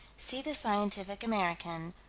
see the scientific american,